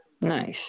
Nice